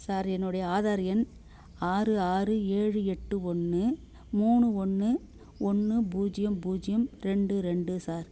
sir என்னுடைய ஆதார் எண் ஆறு ஆறு ஏழு எட்டு ஒன்று மூணு ஒன்று ஒன்று பூஜ்ஜியம் பூஜ்ஜியம் ரெண்டு ரெண்டு சார்